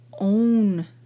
own